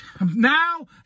Now